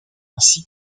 ainsi